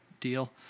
deal